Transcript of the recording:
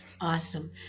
Awesome